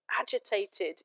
agitated